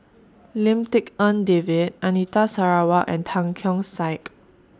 Lim Tik En David Anita Sarawak and Tan Keong Saik